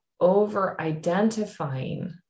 over-identifying